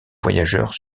voyageur